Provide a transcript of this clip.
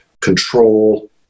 control